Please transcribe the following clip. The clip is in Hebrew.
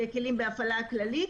כלים בהפעלה כללית,